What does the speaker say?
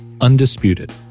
Undisputed